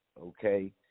Okay